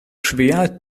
schwer